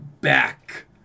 back